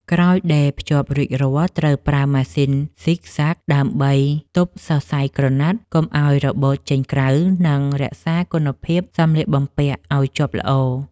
ក្រោយដេរភ្ជាប់រួចរាល់ត្រូវប្រើម៉ាស៊ីនហ្ស៊ីកហ្សាក់ ដើម្បីទប់សរសៃក្រណាត់កុំឱ្យរបូតចេញក្រៅ និង រក្សាគុណភាពសម្លៀកបំពាក់ឱ្យជាប់ល្អ។